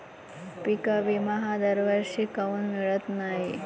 पिका विमा हा दरवर्षी काऊन मिळत न्हाई?